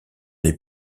les